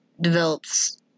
develops